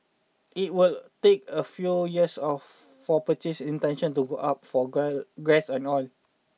it would take a few years of for purchase intention to go up for gas and oil